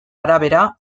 arabera